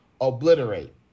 obliterate